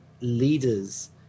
leaders